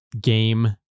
game